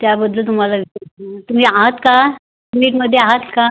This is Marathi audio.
त्याबद्दल तुम्हाला विचारायचं होतं तुम्ही आहात का क्लिनिकमध्ये आहात का